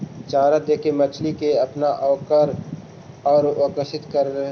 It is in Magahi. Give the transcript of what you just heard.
चारा देके मछली के अपना औउर आकर्षित करऽ हई